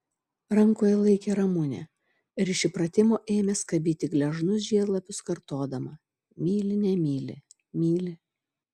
rankoje laikė ramunę ir iš įpratimo ėmė skabyti gležnus žiedlapius kartodama myli nemyli myli